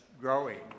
growing